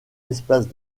espaces